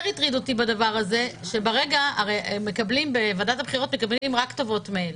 יותר הטריד אותי בדבר הזה בוועדת הבחירות מקבלים רק כתובות מייל.